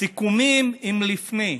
הסיכומים הם לפני.